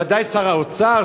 ודאי שר האוצר,